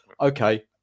okay